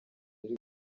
riri